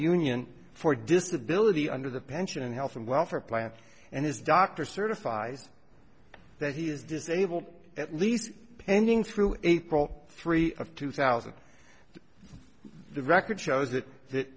union for disability under the pension and health and welfare plan and his doctor certifies that he is disabled at least pending through april three of two thousand the record shows